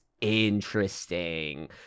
interesting